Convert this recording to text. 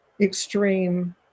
extreme